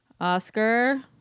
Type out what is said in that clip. Oscar